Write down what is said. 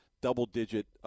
double-digit